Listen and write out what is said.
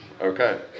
Okay